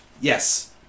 yes